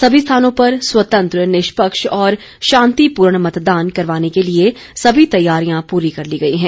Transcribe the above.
सभी स्थानों पर स्वतंत्र निष्पक्ष और शांतिपूर्ण मतदान करवाने के लिए सभी तैयारियां पूरी कर ली गई हैं